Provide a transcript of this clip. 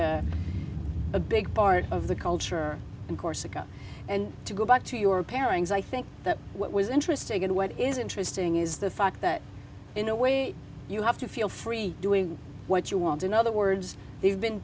a big part of the culture and corsica and to go back to your pairings i think that what was interesting and what is interesting is the fact that in a way you have to feel free doing what you want in other words they've been